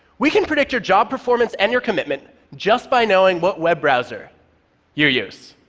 we can predict your job performance and your commitment just by knowing what web browser you use.